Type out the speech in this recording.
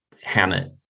Hammett